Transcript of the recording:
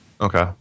Okay